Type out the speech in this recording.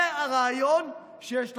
זה הרעיון שיש לחמאס.